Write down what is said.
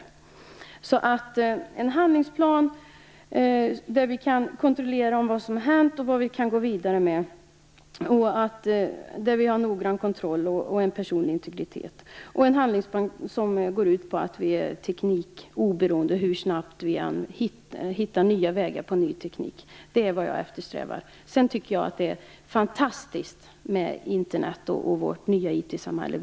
Det jag eftersträvar är alltså en handlingsplan där vi kan kontrollera vad som har hänt och vad vi kan gå vidare med, där vi har noggrann kontroll och personlig integritet och där vi blir oberoende av hur snabbt det kommer fram ny teknik. Sedan tycker jag att det är fantastiskt med Internet och vårt nya IT-samhälle.